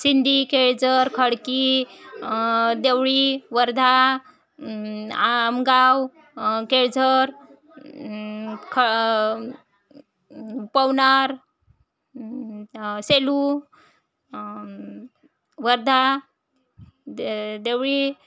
सिंधी केळझर खडकी देवळी वर्धा आमगाव केळझर ख पवनार सेलू वर्धा दे देवळी